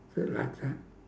bit like that